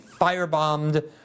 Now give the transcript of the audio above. firebombed